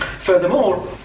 furthermore